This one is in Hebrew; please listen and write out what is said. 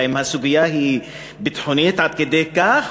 האם הסוגיה היא ביטחונית עד כדי כך?